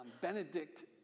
Benedict